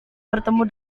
bertemu